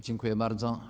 Dziękuję bardzo.